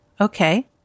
Okay